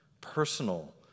personal